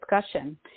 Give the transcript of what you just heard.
discussion